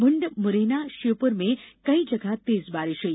भिंड मुरैना और श्योपुर में कई जगह तेज बारिश हई